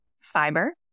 fiber